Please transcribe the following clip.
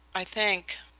i think,